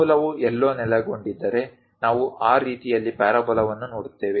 ಮೂಲವು ಎಲ್ಲೋ ನೆಲೆಗೊಂಡಿದ್ದರೆ ನಾವು ಆ ರೀತಿಯಲ್ಲಿ ಪ್ಯಾರಾಬೋಲಾವನ್ನು ನೋಡುತ್ತೇವೆ